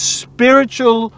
spiritual